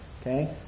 okay